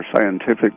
scientific